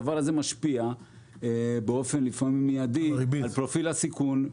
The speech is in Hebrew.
הדבר הזה משפיע לפעמים באופן מיידי על פרופיל הסיכון,